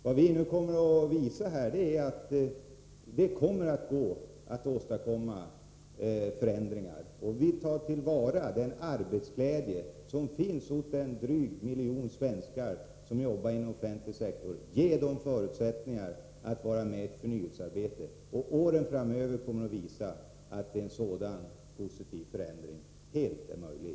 Vad vi nu kommer att visa är att det går att åstadkomma förändringar. Vi tar till vara den arbetsglädje som finns hos den dryga miljon svenskar som jobbar inom den offentliga sektorn och ger dem förutsättningar att vara med i förnyelsearbetet. Åren framöver kommer att visa att en sådan positiv förändring är helt möjlig.